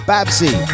Babsy